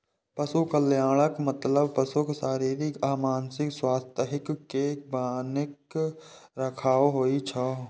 पशु कल्याणक मतलब पशुक शारीरिक आ मानसिक स्वास्थ्यक कें बनाके राखब होइ छै